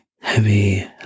heavy